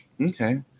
okay